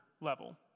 level